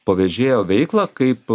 pavežėjo veiklą kaip